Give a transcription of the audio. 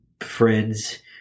Friends